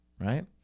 right